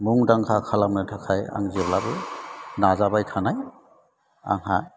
मुंदांखा खालामनो थाखाय आं जेब्लाबो नाजाबाय थानाय आंहा